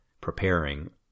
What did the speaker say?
preparing